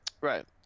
Right